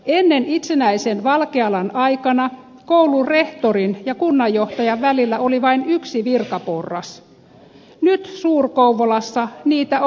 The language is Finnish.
ennen itsenäisen valkealan aikana koulun rehtorin ja kunnanjohtajan välillä oli vain yksi virkaporras nyt suur kouvolassa niitä on kolme